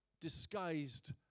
disguised